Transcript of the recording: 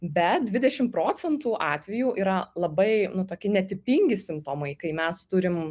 bet dvidešimt procentų atvejų yra labai nu tokie ne tipingi simptomai kai mes turim